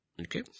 okay